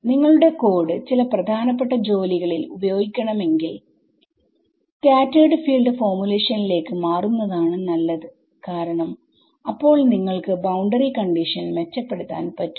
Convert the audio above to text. നിങ്ങളുടെ കോഡ് ചില പ്രധാനപ്പെട്ട ജോലികളിൽ ഉപയോഗിക്കണമെങ്കിൽ സ്കാറ്റെർഡ് ഫീൽഡ് ഫോർമുലേഷനിലേക്ക് മാറുന്നതാണ് നല്ലത് കാരണം അപ്പോൾ നിങ്ങൾക്ക് ബൌണ്ടറി കണ്ടിഷൻ മെച്ചപ്പെടുത്താൻ പറ്റും